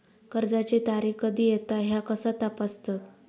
कर्जाची तारीख कधी येता ह्या कसा तपासतत?